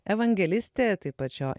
evangelistė taip pat šio